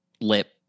lip